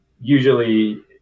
Usually